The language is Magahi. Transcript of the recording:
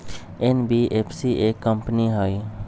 एन.बी.एफ.सी एक कंपनी हई?